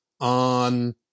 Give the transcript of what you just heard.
on